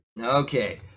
okay